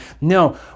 No